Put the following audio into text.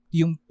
yung